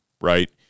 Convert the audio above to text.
right